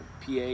PA